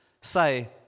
say